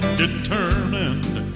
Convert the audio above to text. determined